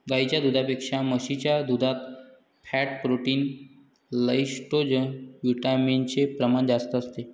गाईच्या दुधापेक्षा म्हशीच्या दुधात फॅट, प्रोटीन, लैक्टोजविटामिन चे प्रमाण जास्त असते